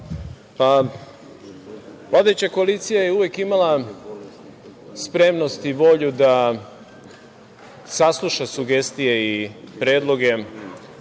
vladajuća koalicija je uvek imala spremnost i volju da sasluša sugestije i predloge